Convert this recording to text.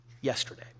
yesterday